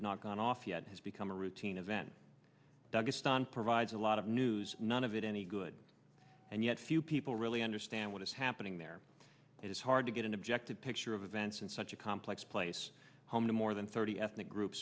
have not gone off yet has become a routine event doug astonished provides a lot of news none of it any good and yet few people really understand what is happening there it is hard to get an objective picture of events in such a complex place home to more than thirty ethnic group